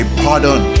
pardon